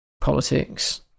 politics